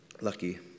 Lucky